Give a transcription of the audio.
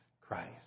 Christ